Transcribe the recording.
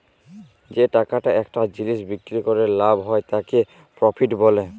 যে টাকাটা একটা জিলিস বিক্রি ক্যরে লাভ হ্যয় তাকে প্রফিট ব্যলে